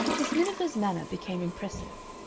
miss miniver's manner became impressive.